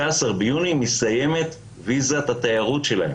ביוני מסתיימת ויזת התיירות שלהם,